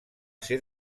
ser